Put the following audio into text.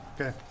okay